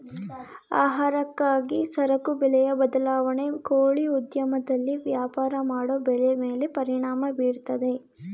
ಆಹಾರಕ್ಕಾಗಿ ಸರಕು ಬೆಲೆಯ ಬದಲಾವಣೆ ಕೋಳಿ ಉದ್ಯಮದಲ್ಲಿ ವ್ಯಾಪಾರ ಮಾಡೋ ಬೆಲೆ ಮೇಲೆ ಪರಿಣಾಮ ಬೀರ್ತದೆ